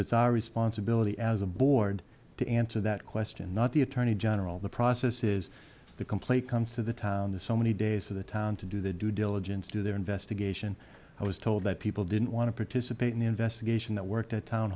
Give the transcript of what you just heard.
it's our responsibility as a board to answer that question not the attorney general the process is the complaint comes to the town the so many days for the town to do their due diligence do their investigation i was told that people didn't want to participate in the investigation that worked at town